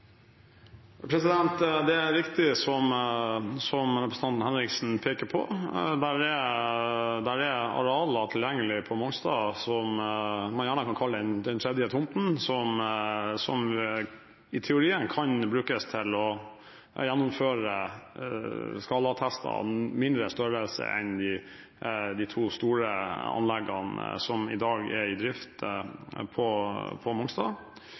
Det er riktig som representanten Henriksen peker på, det er arealer tilgjengelig på Mongstad, som man gjerne kan kalle den tredje tomten, som i teorien kan brukes til å gjennomføre skalatester av mindre størrelse enn de to store anleggene som i dag er i drift på Mongstad. Det er selvfølgelig i en videreutvikling av dette. Jeg skal på